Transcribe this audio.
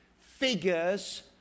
figures